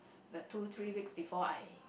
the two three weeks before I